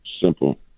Simple